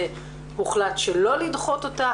והוחלט שלא לדחות אותה.